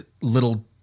little